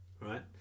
right